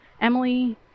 Emily